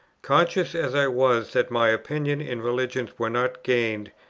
conscious as i was that my opinions in religion were not gained,